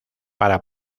para